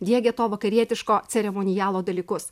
diegia to vakarietiško ceremonialo dalykus